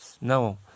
no